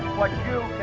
what you